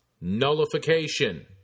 Nullification